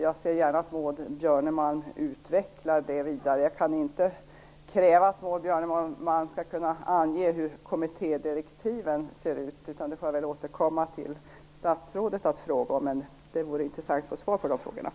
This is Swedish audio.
Jag ser gärna att Maud Björnemalm utvecklar detta vidare. Jag kräver inte att hon skall ange innehållet i kommittédirektiven, för det tänkte jag fråga statsrådet om.